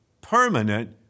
permanent